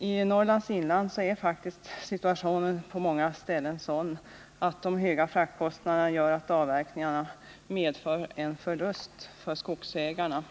I Norrlands inland är faktiskt situationen på många ställen sådan att de höga fraktkostnaderna gör att avverkningarna medför en förlust för skogsägarna.